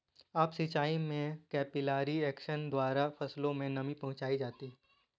up सिचाई में capillary action द्वारा फसलों में नमी पहुंचाई जाती है